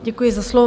Děkuji za slovo.